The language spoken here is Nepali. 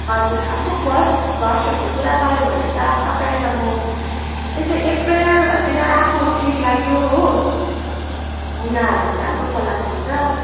हजुर अब फर्स्ट फ्लसहरूको कुरा गऱ्यो भने त अब तपाईँलाई म यसै एप्रिलहरूतिर आएको ठिक लाग्यो हो मुलाहरू राम्रो फलाएको हुन्छ